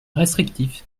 restrictif